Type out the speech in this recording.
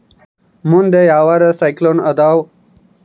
ಮುಂದೆ ಯಾವರ ಸೈಕ್ಲೋನ್ ಅದಾವ?